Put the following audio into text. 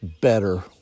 better